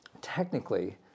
technically